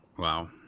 Wow